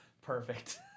Perfect